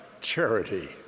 charity